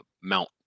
mount